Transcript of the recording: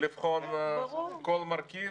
-- לבחון כל מרכיב.